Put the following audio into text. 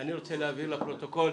אני רוצה להבהיר לפרוטוקול,